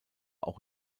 auch